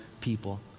people